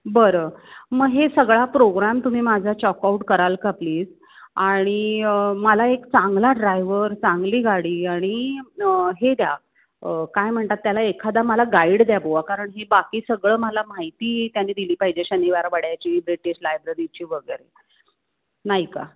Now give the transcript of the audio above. बरं मग हे सगळा प्रोग्रॅम तुम्ही माझा चॉकआउट कराल का प्लीज आणि मला एक चांगला ड्रायव्हर चांगली गाडी आणि हे द्या काय म्हणतात त्याला एखादा मला गाईड द्या बुवा कारण हे बाकी सगळं मला माहिती त्याने दिली पाहिजे शनिवार वड्याची ब्रिटिश लायब्ररीची वगैरे नाही का